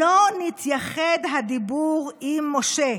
לא נתייחד הדיבור עם משה".